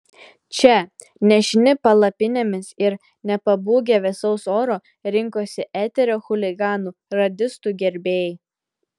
čia nešini palapinėmis ir nepabūgę vėsaus oro rinkosi eterio chuliganų radistų gerbėjai